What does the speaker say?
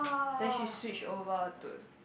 then she switched over to